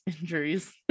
injuries